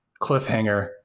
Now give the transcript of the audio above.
cliffhanger